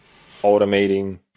automating